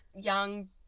young